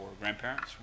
grandparents